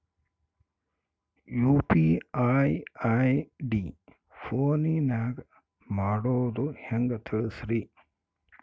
UPI ID ಫೋನಿನಾಗ ಮಾಡೋದು ಹೆಂಗ ತಿಳಿಸ್ರಿ?